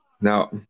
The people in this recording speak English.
Now